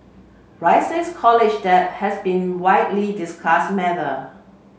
rising college debt has been widely discuss matter